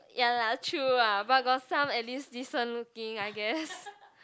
ya lah true ah but got some at least decent looking I guess